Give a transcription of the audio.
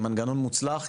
כמנגנון מוצלח,